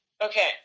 Okay